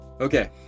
Okay